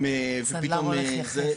הסנדלר הולך יחף.